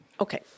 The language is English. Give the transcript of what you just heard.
Okay